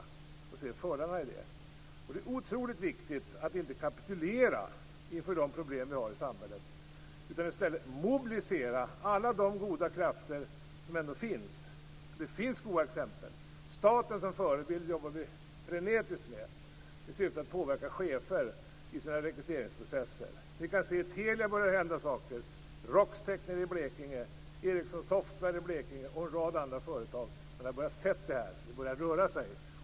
Vi måste se fördelarna i det. Det är otroligt viktigt att vi inte kapitulerar inför de problem vi har i samhället utan i stället mobiliserar alla de goda krafter som trots allt finns. Det finns goda krafter. Vi jobbar frenetiskt med staten som förebild i syfte att påverka cheferna i deras rekryteringsprocesser. Inom Telia börjar det hända saker, liksom inom Roxtec och Ericsson Software i Blekinge och en rad andra företag. Man har börjat se detta. Det har börjat röra sig.